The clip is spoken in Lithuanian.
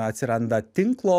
atsiranda tinklo